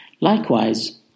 Likewise